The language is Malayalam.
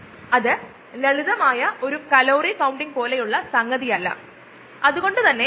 ഇത് ഒരു മണൽ കിടക്കയായിരിക്കാം അതിലൂടെ ചികിത്സക്കായുള്ള വെള്ളം ഒഴുകുന്നു ഇവിടെ നിന്ന് ഒഴുകുന്നത് ശുദ്ധമായ വെള്ളമാണ്